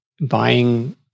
buying